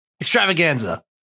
extravaganza